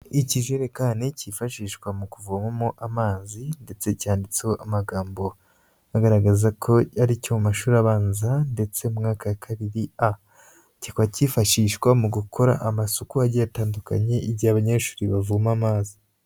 Ikirererekani kifashishwa mu kuvomamo amazi ndetse cyanditseho amagambo agaragaza ko ari cyo mu mashuri abanza ndetse mu mwaka wa kabiri A, kikaba kifashishwa mu gukora amasuku agiye atandukanye igihe abanyeshuri bavoma amazi.